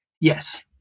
Yes